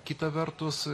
kita vertus